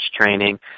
training